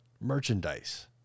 merchandise